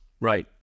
Right